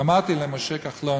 ואמרתי למשה כחלון,